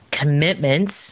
commitments